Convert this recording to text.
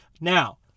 Now